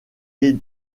est